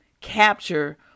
capture